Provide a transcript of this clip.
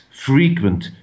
frequent